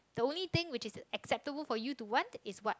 the only thing which is acceptable for you is what